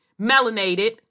melanated